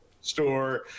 store